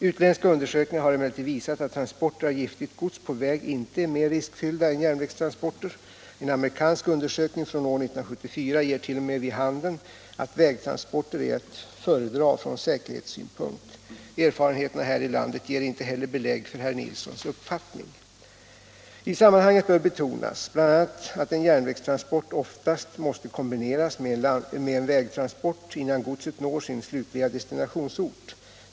Utländska undersökningar har emellertid visat att transporter av giftigt gods på väg inte är mer riskfyllda än järnvägstransporter. En amerikansk undersökning från år 1974 ger t.o.m. vid handen att vägtransporter är att föredra från säkerhetssynpunkt. Erfarenheterna här i landet ger inte heller belägg för herr Nilssons uppfattning. I sammanhanget bör betonas bl.a. att en järnvägstransport oftast måste kombineras med en vägtransport innan godset når sin slutliga destinationsort.